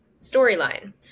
storyline